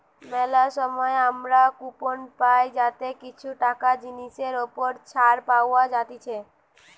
মেলা সময় আমরা কুপন পাই যাতে কিছু টাকা জিনিসের ওপর ছাড় পাওয়া যাতিছে